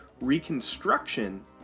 reconstruction